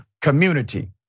community